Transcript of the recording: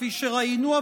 כפי שראינו,